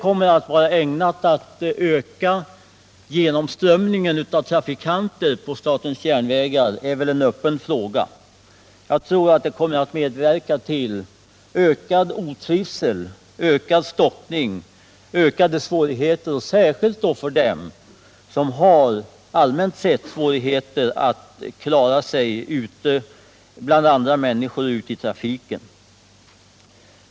Om detta ökar genomströmningen av trafikanter på statens järnvägar är väl en öppen fråga — jag tror att det kommer att medverka till ökad otrivsel, ökad stockning och ökade svårigheter över huvud, särskilt då för dem som allmänt sett redan har svårigheter att klara sig ute bland människor och i trafiken.